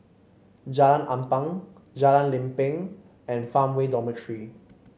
Jalan Ampang Jalan Lempeng and Farmway Dormitory